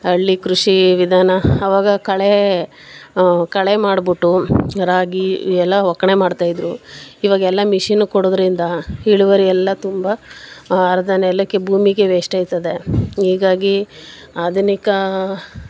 ಹಳ್ಳಿ ಕೃಷಿ ವಿಧಾನ ಅವಾಗ ಕಳೆ ಕಳೆ ಮಾಡ್ಬಿಟ್ಟು ರಾಗಿ ಎಲ್ಲ ಒಕ್ಕಣೆ ಮಾಡ್ತಾ ಇದ್ದರು ಇವಾಗೆಲ್ಲ ಮಿಷಿನಗೆ ಕೊಡೋದರಿಂದ ಇಳುವರಿ ಎಲ್ಲ ತುಂಬ ಅರ್ಧ ನೆಲಕ್ಕೆ ಭೂಮಿಗೆ ವೇಶ್ಟ್ ಆಗ್ತದೆ ಹೀಗಾಗಿ ಆಧುನಿಕ